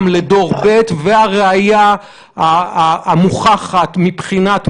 הרי החוק הזה ב-2003 לא נולד יש